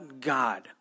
God